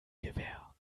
gewähr